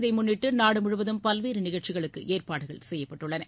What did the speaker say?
இதை முன்னிட்டு நாடு முழுவதும் பல்வேறு நிகழ்ச்சிகளுக்கு ஏற்பாடுகள் செய்யப்பட்டுள்ளன